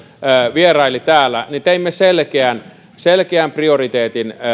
vieraili täällä teimme selkeän selkeän prioriteetin